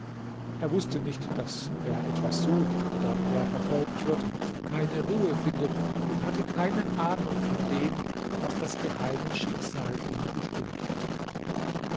er wußte nicht daß wer etwas sucht oder wer verfolgt wird keine ruhe findet und hatte keine ahnung von dem was das geheime schicksal ihm bestimmt hatte